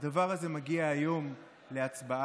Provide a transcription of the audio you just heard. הדבר הזה מגיע היום להצבעה,